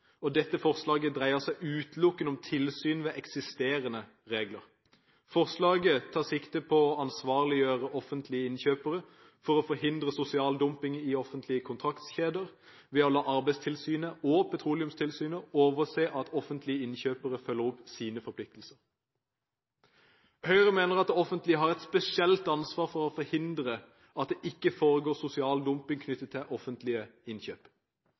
og dette forslaget dreier seg utelukkende om tilsyn med eksisterende regler. Forslaget tar sikte på å ansvarliggjøre offentlige innkjøpere for å forhindre sosial dumping i offentlige kontraktskjeder ved å la Arbeidstilsynet og Petroleumstilsynet tilse at offentlige innkjøpere følger opp sine forpliktelser. Høyre mener at det offentlige har et spesielt ansvar for å forhindre at det ikke foregår sosial dumping knyttet til offentlige innkjøp.